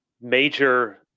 major